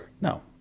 no